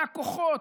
מהכוחות,